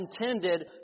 ...intended